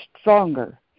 stronger